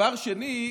דבר שני,